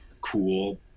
cool